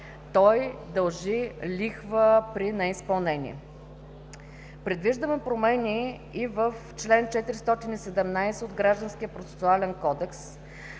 той дължи лихва при неизпълнение. Предвиждаме промени и в чл. 417 от Гражданския процесуален кодекс,